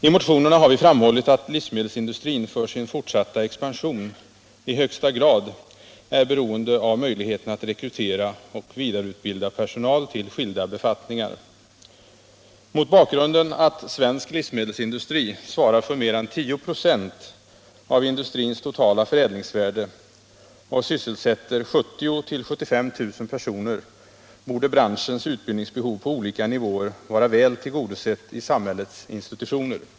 I motionerna har vi framhållit att livsmedelsindustrin för sin fortsatta expansion i högsta grad är beroende av möjligheterna att rekrytera och vidareutbilda personal till skilda befattningar. Mot bakgrund av att svensk livsmedelsindustri svarar för mer än 10 96 av industrins totala förädlingsvärde och sysselsätter 70 000-75 000 personer borde branschens ut forskning inom bildningsbehov på olika nivåer vara väl tillgodosett i samhällets institutioner.